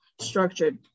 structured